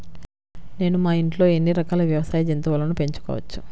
నేను మా ఇంట్లో ఎన్ని రకాల వ్యవసాయ జంతువులను పెంచుకోవచ్చు?